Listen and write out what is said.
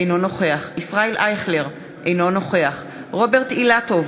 אינו נוכח ישראל אייכלר, אינו נוכח רוברט אילטוב,